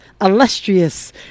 illustrious